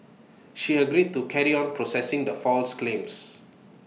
she agreed to carry on processing the false claims